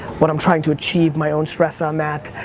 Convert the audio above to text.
what i'm trying to achieve, my own stress on that,